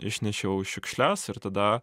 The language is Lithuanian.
išnešiau šiukšles ir tada